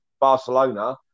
Barcelona